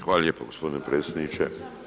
Hvala lijepo gospodine predsjedniče.